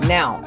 Now